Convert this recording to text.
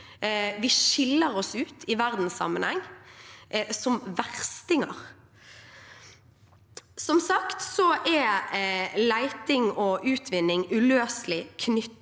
Vi skiller oss ut i verdenssammenheng som verstinger. Som sagt er leting og utvinning uløselig knyttet